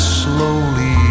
slowly